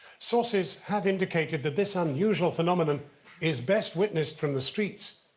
sources have indicated that this unusual phenomenon is best witnessed from the streets,